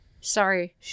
sorry